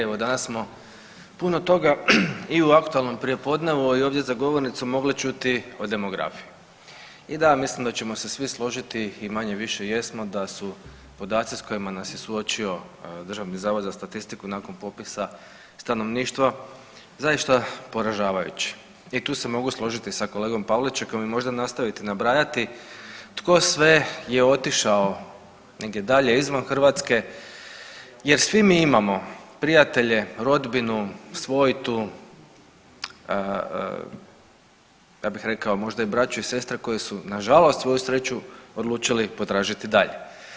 Evo danas smo puno toga i u aktualnom prijepodnevu i ovdje za govornicom mogli čuti o demografiji i da mislim da ćemo se svi složiti i manje-više jesmo da su podaci s kojima nas je suočio DZS nakon popisa stanovništva zaista poražavajući i tu se mogu složiti sa kolegom Pavličekom i možda nastaviti nabrajati tko sve je otišao negdje dalje izvan Hrvatske jer svi mi imamo prijatelje, rodbinu, svojitu ja bih rekao možda braću i sestre koji su nažalost svoju sreću odlučili potražiti dalje.